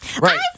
Right